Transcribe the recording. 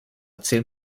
zehn